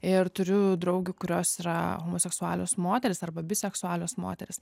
ir turiu draugių kurios yra homoseksualios moterys arba biseksualios moterys